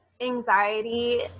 anxiety